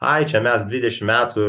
ai čia mes dvidešim metų